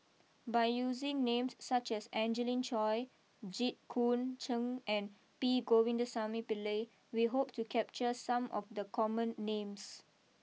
by using names such as Angelina Choy Jit Koon Cheng and P Govindasamy Pillai we hope to capture some of the common names